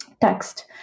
text